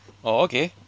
oh okay